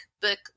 book